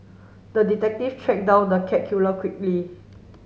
the detective tracked down the cat killer quickly